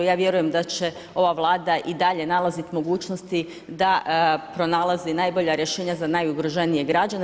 I ja vjerujem da će ova Vlada i dalje nalaziti mogućnosti da pronalazi najbolja rješenja za najugroženije građane.